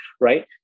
right